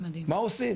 מה עושים